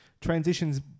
transitions